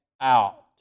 out